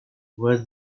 was